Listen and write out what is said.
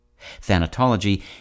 Thanatology